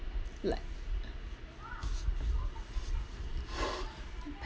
like